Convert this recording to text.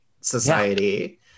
society